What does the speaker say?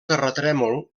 terratrèmol